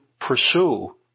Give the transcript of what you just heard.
pursue